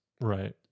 right